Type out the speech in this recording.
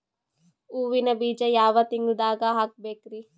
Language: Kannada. ಹೂವಿನ ಬೀಜ ಯಾವ ತಿಂಗಳ್ದಾಗ್ ಹಾಕ್ಬೇಕರಿ?